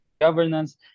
governance